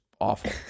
awful